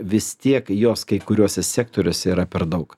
vis tiek jos kai kuriuose sektoriuose yra per daug